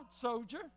soldier